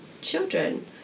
children